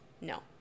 No